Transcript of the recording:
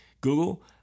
Google